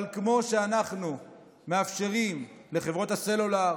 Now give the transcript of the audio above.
אבל כמו שאנחנו מאפשרים לחברות הסלולר